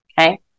Okay